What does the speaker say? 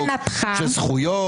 של זכויות?